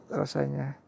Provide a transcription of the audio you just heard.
rasanya